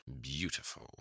Beautiful